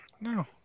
No